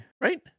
Right